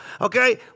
Okay